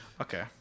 Okay